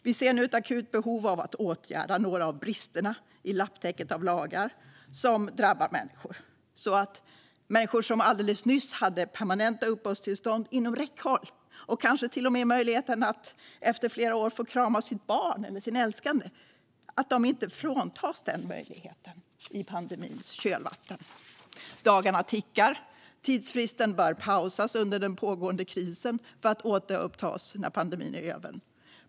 Vi ser nu ett akut behov av att åtgärda några av bristerna i lapptäcket av lagar som drabbar människor, så att människor som alldeles nyss hade permanenta uppehållstillstånd inom räckhåll och kanske till och med möjlighet att efter flera år få krama sitt barn eller sin älskade nu inte fråntas den möjligheten i pandemins kölvatten. Dagarna tickar. Tidsfristen bör pausas under den pågående krisen för att återupptas när pandemin är över.